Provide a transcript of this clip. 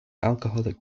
alcoholic